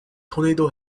tornado